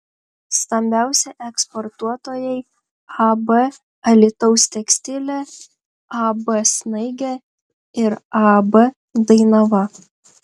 stambiausi eksportuotojai ab alytaus tekstilė ab snaigė ir ab dainava